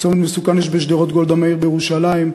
צומת מסוכן יש בשדרות גולדה מאיר בירושלים,